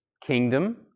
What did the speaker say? kingdom